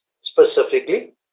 specifically